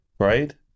right